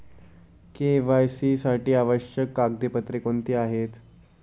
KYC साठी आवश्यक कागदपत्रे कोणती आहेत?